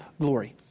glory